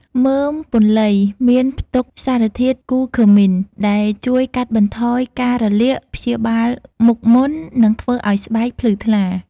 មើមពន្លៃមានផ្ទុកសារធាតុ គូឃឺមីន (Curcumin) ដែលជួយកាត់បន្ថយការរលាក ព្យាបាលមុខមុន និងធ្វើឲ្យស្បែកភ្លឺថ្លា។